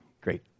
great